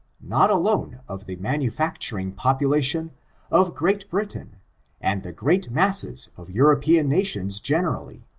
not alone of the manu facturing population of great britain and the great masses of european nations generally,